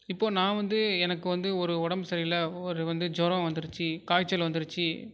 இப்போது நான் வந்து எனக்கு வந்து ஒரு உடம்பு சரியில்லை ஒரு வந்து ஜூரம் வந்துருச்சு காய்ச்சல் வந்துருச்சு